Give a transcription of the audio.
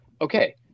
okay